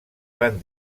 van